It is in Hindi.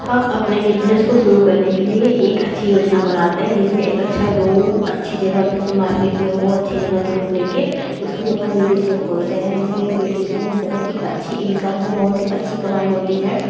हम अपने बिजनेस को शुरू करने के लिए एक अच्छी योजना बनाते हैं जिसमें एक अच्छा रोम अच्छी जगह पर से मार्केट में हो अच्छी जगह पर रूम लेकर उसमें अपना ब्यूटिसियम खोलते हैं जिसमें की ब्यूटिसियम बहुत ही अच्छी इनकम है बहुत ही अच्छी कमाई होती है